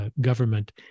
government